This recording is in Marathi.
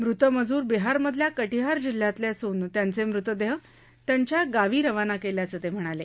मृत मजूर बिहारमधल्या कटीहार जिल्ह्यातले असून त्यांचे मृतदेह त्यांच्या गावी रवाना केल्याचं त्यांनी सांगितलं